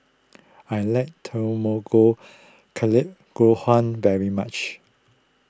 I like Tamago Kake Gohan very much